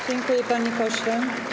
Dziękuję, panie pośle.